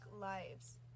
lives